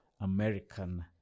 American